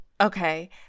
Okay